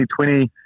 2020